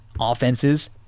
offenses